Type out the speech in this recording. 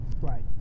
Right